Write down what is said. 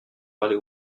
parler